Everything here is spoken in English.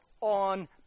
on